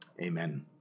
Amen